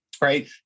Right